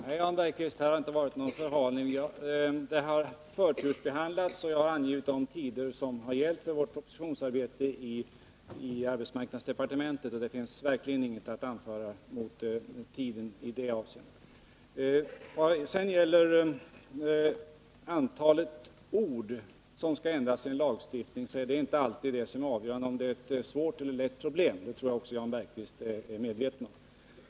Herr talman! Nej, Jan Bergqvist, det har inte varit fråga om någon förhalning på denna punkt. Denna fråga har förtursbehandlats, och jag har angivit de tider som gällt för vårt propositionsarbete i arbetsmarknadsdepartementet. Det finns verkligen ingenting att anmärka mot de tider som gäller i det avseendet. I vad sedan gäller antalet ord som skall ändras i en lagstiftning är det inte alltid det som är avgörande för problemets svårighetsgrad, och det tror jag också att Jan Bergqvist är medveten om.